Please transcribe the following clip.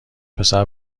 پسر